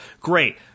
Great